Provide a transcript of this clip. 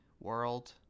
world